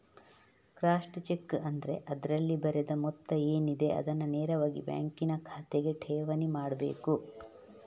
crossed cheque ಆದ್ರೆ ಅದ್ರಲ್ಲಿ ಬರೆದ ಮೊತ್ತ ಏನಿದೆ ಅದನ್ನ ನೇರವಾಗಿ ಬ್ಯಾಂಕಿನ ಖಾತೆಗೆ ಠೇವಣಿ ಮಾಡ್ಬೇಕು